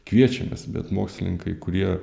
kviečiamės bet mokslininkai kurie